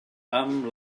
amb